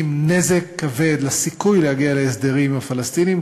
נזק כבד לסיכוי להגיע להסדרים עם הפלסטינים,